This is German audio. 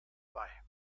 bei